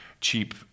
cheap